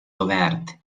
obert